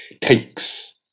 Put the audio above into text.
takes